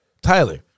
Tyler